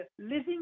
Living